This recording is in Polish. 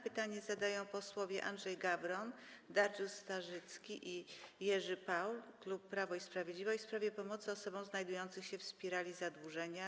Pytanie zadają posłowie Andrzej Gawron, Dariusz Starzycki i Jerzy Paul, klub Prawo i Sprawiedliwość, w sprawie pomocy osobom znajdującym się w spirali zadłużenia.